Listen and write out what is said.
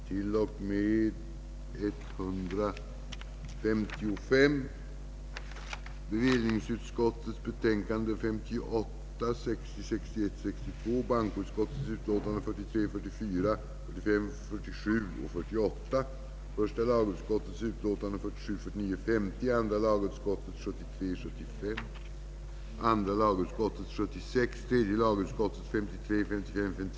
Herr talman! En människas integritet är av den mest väsentliga betydelse för hennes liv. Denna integritet är intimt förknippad med hennes mentala tillstånd. Att bli förklarad lida av mental ohälsa innebär därför en stor förändring i en människas liv.